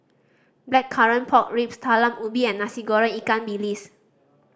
Blackcurrant Pork Ribs Talam Ubi and Nasi Goreng ikan bilis